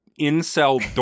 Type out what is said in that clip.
incel